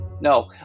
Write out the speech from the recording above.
No